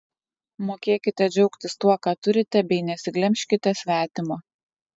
mokėkite džiaugtis tuo ką turite bei nesiglemžkite svetimo